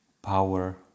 power